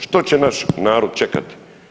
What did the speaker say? Što će naš narod čekati?